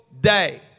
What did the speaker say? day